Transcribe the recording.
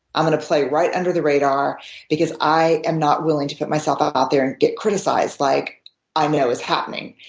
i'm going to play right under the radar because i am not willing to put myself out out there and get criticized like i know is happening.